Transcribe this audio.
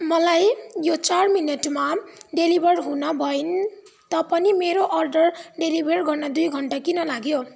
मलाई यो चार मिनेटमा डेलिभर हुन भयो तापनि मेरो अर्डर डेलिभर गर्न दुई घन्टा किन लाग्यो